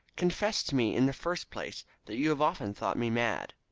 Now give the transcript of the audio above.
confess to me in the first place that you have often thought me mad.